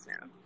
now